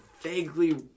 vaguely